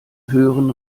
hören